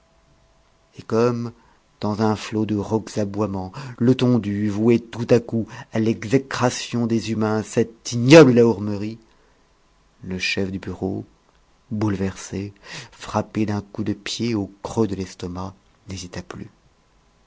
et comme dans un flot de rauques aboiements letondu vouait tout à coup à l'exécration des humains cet ignoble la hourmerie le chef de bureau bouleversé frappé d'un coup de pied au creux de l'estomac n'hésita plus